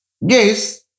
Yes